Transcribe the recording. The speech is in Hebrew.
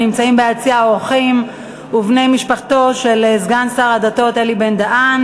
נמצאים ביציע אורחים ובני משפחתו של סגן שר הדתות אלי בן-דהן.